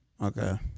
Okay